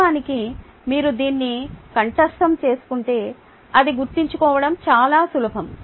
వాస్తవానికి మీరు దీన్ని కంఠస్థం చేసుకుంటే అది గుర్తుంచుకోవడం చాలా సులభం